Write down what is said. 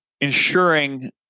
ensuring